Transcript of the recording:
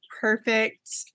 perfect